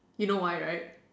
you know why right